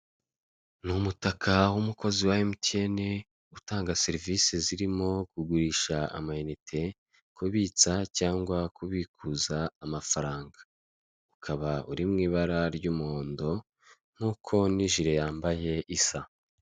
Ni umutaka w'umukozi wa emutiyene utanga serivisi zirimo kugurisha amanite, kubitsa cyangwa kubikuza amafaranga, ukaba uri mu ibara ry'umuhondo nkuko n'ijire yambaye isa.